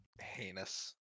Heinous